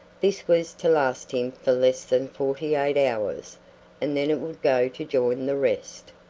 this was to last him for less than forty-eight hours and then it would go to join the rest.